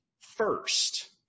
first